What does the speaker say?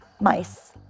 mice